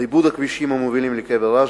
ריבוד הכבישים המובילים לקבר רשב"י,